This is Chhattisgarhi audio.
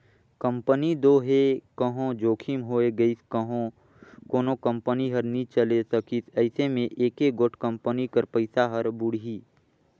कंपनी दो हे कहों जोखिम होए गइस कहों कोनो कंपनी हर नी चले सकिस अइसे में एके गोट कंपनी कर पइसा हर बुड़ही